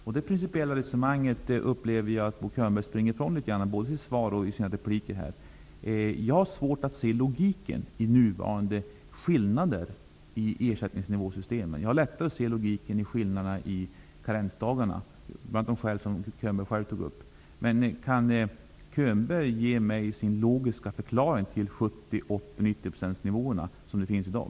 Jag upplever att Bo Könberg, både i sitt skrivna svar och i sina inlägg här i debatten, litet grand springer ifrån det principiella resonemanget. Jag har svårt att se logiken i nuvarande skillnader i ersättningsnivåerna. Jag har, av de skäl som Bo Könberg själv tog upp, lättare att se logiken i skillnaderna i karensdagarna. Kan Bo Könberg ge mig en logisk förklaring till de nivåer på 70, 80 och 90 % som finns i dag?